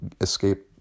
escape